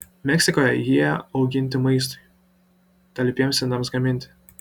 meksikoje jie auginti maistui talpiems indams gaminti